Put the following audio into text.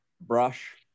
brush